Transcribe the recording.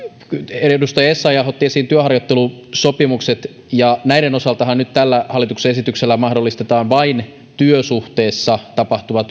edustaja essayah otti esiin työharjoittelusopimukset näiden osaltahan nyt tällä hallituksen esityksellä mahdollisestaan vain työsuhteessa tapahtuva